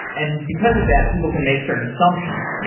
and because of that, people can make certain assumptions.